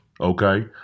okay